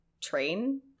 train